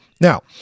Now